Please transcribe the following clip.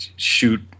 shoot